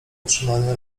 utrzymanie